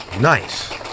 Nice